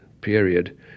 period